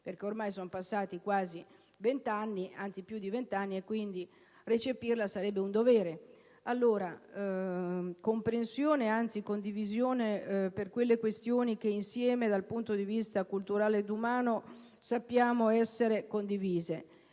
perché ormai sono trascorsi più di vent'anni e recepirla sarebbe un dovere. Quindi, comprensione, anzi condivisione, per quelle questioni che insieme, dal punto di vista culturale ed umano, sappiamo essere sentite.